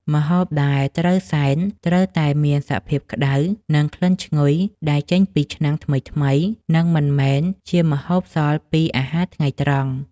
ម្ហូបដែលត្រូវសែនត្រូវតែមានសភាពក្តៅ និងក្លិនឈ្ងុយដែលចេញពីឆ្នាំងថ្មីៗ និងមិនមែនជាម្ហូបសល់ពីអាហារថ្ងៃត្រង់។